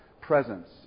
presence